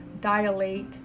dilate